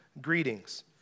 greetings